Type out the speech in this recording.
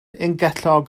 ungellog